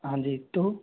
हाँ जी तो